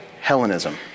Hellenism